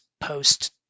post